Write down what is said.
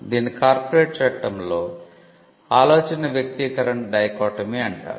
దీనిని కార్పొరేట్ చట్టంలో ఆలోచన వ్యక్తీకరణ డైకోటోమి అంటారు